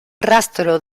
rastro